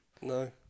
no